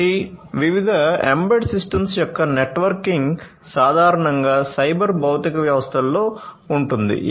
కాబట్టి వివిధ embedded systems యొక్క నెట్వర్కింగ్ సాధారణంగా సైబర్ భౌతిక వ్యవస్థలో ఉంటుంది